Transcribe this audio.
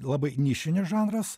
labai nišinis žanras